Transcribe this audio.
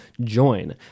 join